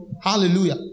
Hallelujah